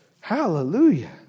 Hallelujah